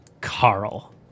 Carl